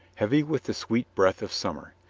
heavy with the sweet breath of summer.